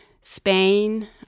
Spain